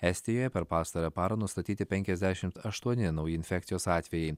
estijoje per pastarąją parą nustatyti penkiasdešimt aštuoni nauji infekcijos atvejai